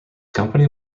company